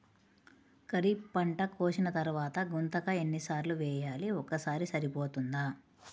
ఖరీఫ్ పంట కోసిన తరువాత గుంతక ఎన్ని సార్లు వేయాలి? ఒక్కసారి సరిపోతుందా?